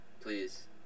Please